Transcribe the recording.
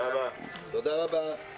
הישיבה ננעלה